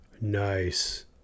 nice